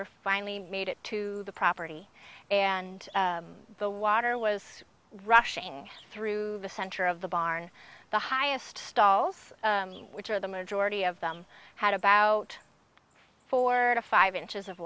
were finally made it to the property and the water was rushing through the center of the barn the highest stalls which are the majority of them had about four to five inches of